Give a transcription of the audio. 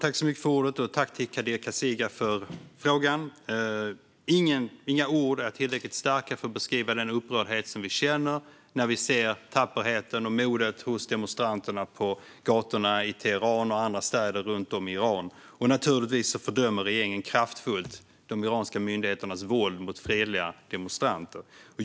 Herr talman! Jag tackar Kadir Kasirga för frågan. Inga ord är tillräckligt starka för att beskriva den upprördhet som vi känner när vi ser tapperheten och modet hos demonstranterna på gatorna i Teheran och andra städer runt om i Iran. Naturligtvis fördömer regeringen kraftfullt de iranska myndigheternas våld mot fredliga demonstranter.